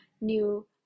new